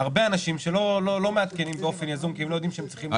הרבה אנשים שלא מעדכנים באופן יזום כי הם לא יודעים שהם צריכים לעדכן.